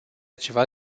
ceva